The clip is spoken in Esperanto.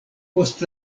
post